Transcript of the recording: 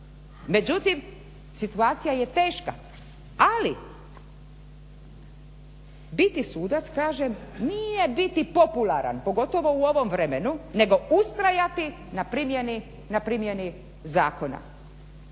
Međutim, situacija je teška ali biti sudac kažem nije biti popularan, pogotovo u ovom vremenu, nego ustrajati na primjeni zakona.